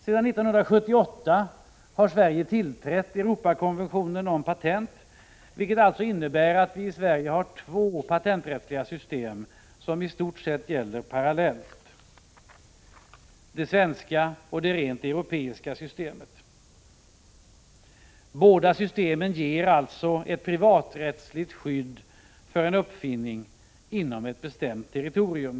Sedan 1978 biträder Sverige Europakonventionen om patent, vilket innebär att vi i Sverige har två patenträttsliga system, som i stort sett gäller parallellt — det svenska och det rent europeiska systemet. Båda systemen ger ett privaträttsligt skydd för en uppfinning inom ett bestämt territorium.